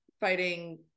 fighting